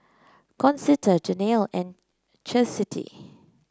Concetta Janene and Chastity